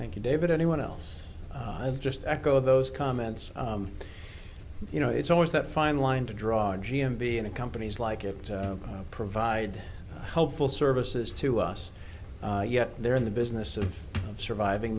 thank you david anyone else i've just echo those comments you know it's always that fine line to draw a g m b and companies like it provide helpful services to us yet they're in the business of surviving